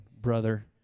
brother